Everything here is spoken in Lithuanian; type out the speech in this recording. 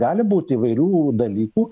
gali būt įvairių dalykų